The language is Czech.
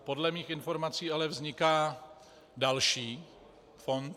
Podle mých informací ale vzniká další fond.